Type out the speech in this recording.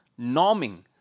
norming